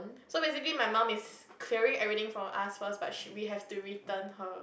so basically my mum is clearing everything for us first but she we have to return her